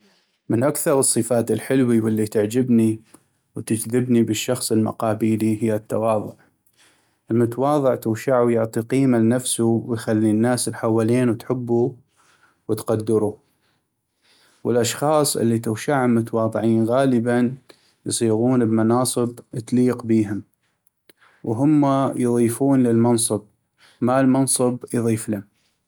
من اكثغ الصفات الحلوي واللي تعجبني وتجذبني بالشخص المقابيلي هي التواضع ، المتواضع تغشعو يعطي قيمة لنفسو ويخلي الناس الحولينو تحبو وتقدرو ، والأشخاص اللي تغشعم متواضعين غالباً يصيغون بمناصب تليق بيهم وهما يضيفون للمنصب ما المنصب يضيفلم.